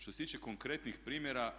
Što se tiče konkretnih primjera